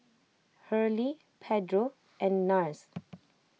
Hurley Pedro and Nars